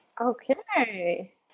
Okay